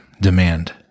demand